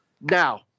Now